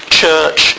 church